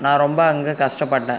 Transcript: நான் ரொம்ப அங்கே கஷ்டப்பட்டேன்